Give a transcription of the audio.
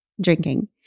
drinking